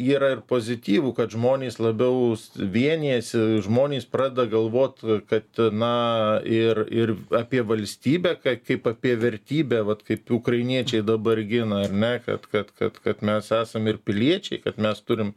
yra ir pozityvų kad žmonės labiau vienijasi žmonės pradeda galvot kad na ir ir apie valstybę kaip apie vertybę vat kaip ukrainiečiai dabar gina ar ne kad kad kad kad mes esam ir piliečiai kad mes turim